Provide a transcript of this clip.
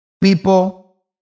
people